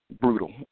brutal